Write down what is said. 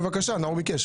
בבקשה, נאור ביקש.